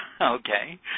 Okay